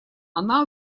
она